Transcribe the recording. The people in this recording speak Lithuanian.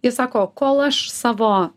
jie sako kol aš savo